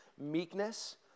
meekness